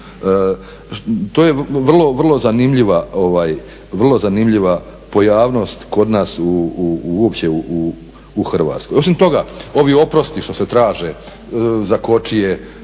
To je vrlo zanimljiva pojavnost kod nas uopće u Hrvatskoj. Osim toga, ovi oprosti što se traže za kočije